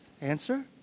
Answer